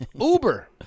Uber